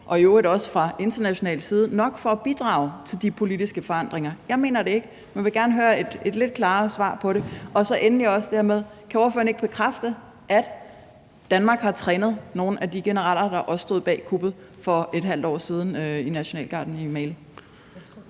og i øvrigt også fra international side nok for at bidrage til de politiske forandringer? Jeg mener det ikke, men jeg vil gerne høre et lidt klarere svar på det. Og endelig er der også spørgsmålet: Kan ordføreren ikke bekræfte, at Danmark har trænet nogle af de generaler, der også stod bag kuppet for et halvt år siden i nationalgarden i Mali?